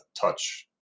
touch